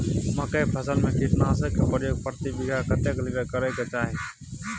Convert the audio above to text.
मकई फसल में कीटनासक के प्रयोग प्रति बीघा कतेक लीटर करय के चाही?